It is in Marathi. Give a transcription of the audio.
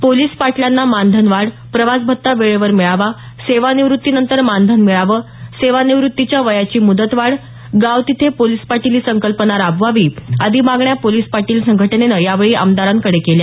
पोलीस पाटलांना मानधन वाढ प्रवासभत्ता वेळेवर मिळावा सेवानिवृत्तीनंतर मानधन मिळावे सेवानिवृत्तीच्या वयाची मुदतवाढ गाव तिथे पोलीस पाटील ही संकल्पना राबवावी आदी मागण्या पोलीस पाटील संघटनेनं यावेळी आमदारांकडे केल्या